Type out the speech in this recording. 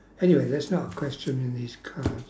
anyway that's not a question in these cards